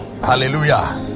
Hallelujah